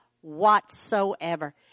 whatsoever